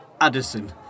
Addison